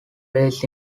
bass